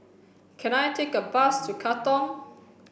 can I take a bus to Katong